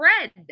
Red